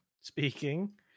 speaking